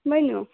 ؤنِو